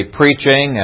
preaching